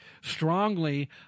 strongly